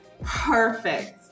perfect